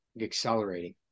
accelerating